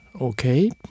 Okay